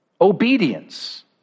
obedience